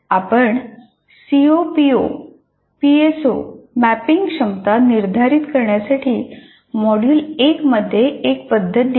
आपण CO PO PSO मॅपिंगची क्षमता निर्धारित करण्यासाठी मॉड्यूल 1 मध्ये एक पद्धत दिली